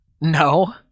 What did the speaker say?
No